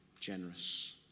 generous